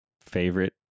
favorite